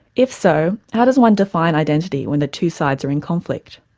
if so, how does one define identity when the two sides are in conflict?